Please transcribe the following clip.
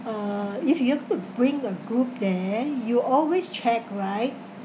uh if you were to bring a group then you always check right